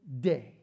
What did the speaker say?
day